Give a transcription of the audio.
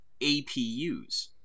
APUs